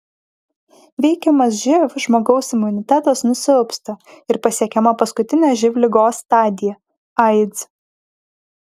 veikiamas živ žmogaus imunitetas nusilpsta ir pasiekiama paskutinė živ ligos stadija aids